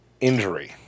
injury